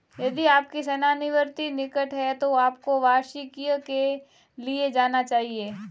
यदि आपकी सेवानिवृत्ति निकट है तो आपको वार्षिकी के लिए जाना चाहिए